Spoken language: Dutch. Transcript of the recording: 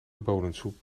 bonensoep